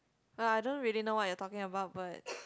but I don't really know what you are talking about but